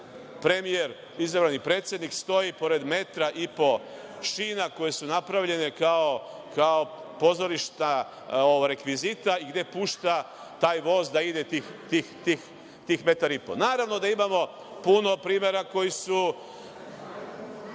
izabrani predsednik, stoji pored metra i po šina koje su napravljene kao pozorište rekvizita i gde pušta taj voz da ide tih metar i po. Naravno da imamo puno primera koji su